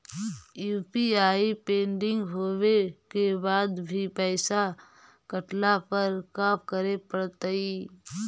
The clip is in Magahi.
यु.पी.आई पेंडिंग होवे के बाद भी पैसा कटला पर का करे पड़तई?